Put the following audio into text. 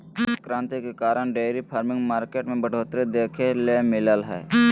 श्वेत क्रांति के कारण डेयरी फार्मिंग मार्केट में बढ़ोतरी देखे ल मिललय हय